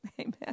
Amen